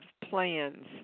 plans